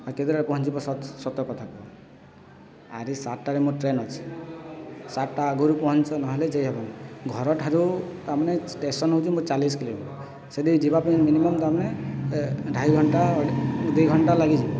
ଆଉ କେତେବେଳେ ପହଞ୍ଚିବ ସତକଥା କୁହ ଆରେ ସାତଟାରେ ମୋର ଟ୍ରେନ୍ ଅଛି ସାତଟା ଆଗୁରୁ ପହଞ୍ଚ ନହେଲେ ଯାଇହବନି ଘରଠାରୁ ତା ମାନେ ଷ୍ଟେସନ୍ ହେଉଛି ମୋ ଚାଳିଶି କିଲୋମିଟର ସେଇଠି ଯିବା ପାଇଁ ମିନିମମ୍ ତମେ ଢାଇ ଘଣ୍ଟା ଦୁଇ ଘଣ୍ଟା ଲାଗିଯିବ